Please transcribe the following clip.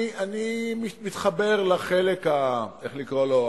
אני מתחבר לחלק, איך לקרוא לו?